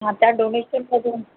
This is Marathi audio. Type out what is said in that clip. हां त्या डोनेशनमधून